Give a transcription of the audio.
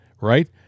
right